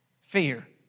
fear